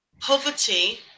Poverty